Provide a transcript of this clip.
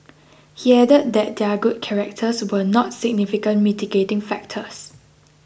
he added that their good characters were not significant mitigating factors